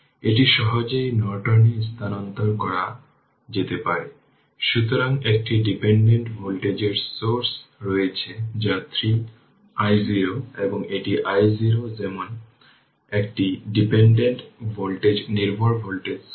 এটি ix এবং এটি 10 Ω এবং এটি 40 Ω এবং এটি হল একটি ডিপেন্ডেন্ট ভোল্টেজ সোর্স